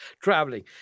traveling